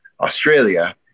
Australia